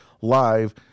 live